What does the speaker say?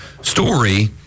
story